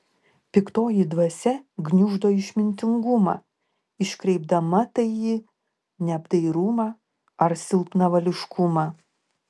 piktoji dvasia gniuždo išmintingumą iškreipdama tai į neapdairumą ar silpnavališkumą